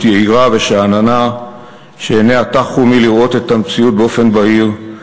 יהירה ושאננה שעיניה טחו מלראות את המציאות באופן בהיר,